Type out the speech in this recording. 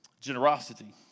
generosity